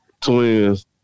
twins